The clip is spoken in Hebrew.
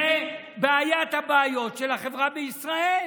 זו בעיית הבעיות של החברה בישראל,